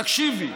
תקשיבי.